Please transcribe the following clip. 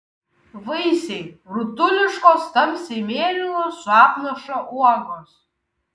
vaisiai rutuliškos tamsiai mėlynos su apnaša uogos